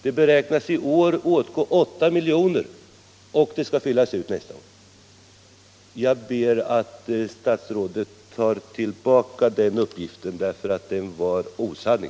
Det beräknas i år åtgå 8 milj.kr., och det skall komma till mer nästa år. Jag ber att statsrådet tar tillbaka uppgiften om detta — därför att den är osann.